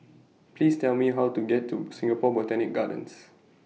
Please Tell Me How to get to Singapore Botanic Gardens